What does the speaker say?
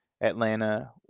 Atlanta